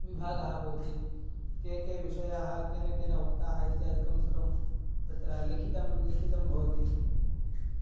विभागः भवति के के विषयाः केन केन उक्ताः इत्यादिकं सर्वं तत्र लिखितं लिखितं भवति